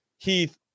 Keith